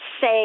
say